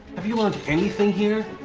have you learned anything here?